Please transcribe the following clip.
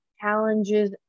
challenges